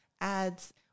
ads